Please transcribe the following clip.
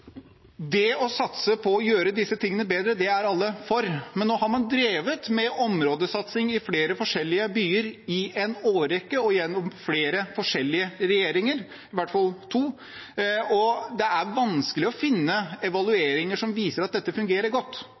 Det å satse på å gjøre disse tingene bedre, er alle for. Men nå har man drevet med områdesatsing i flere forskjellige byer i en årrekke og under iallfall to regjeringer. Det er vanskelig å finne evalueringer som viser at dette fungerer godt.